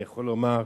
אני יכול לומר,